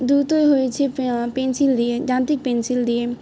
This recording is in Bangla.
দ্রুতই হয়েছে পেন্সিল দিয়ে যান্ত্রিক পেন্সিল দিয়ে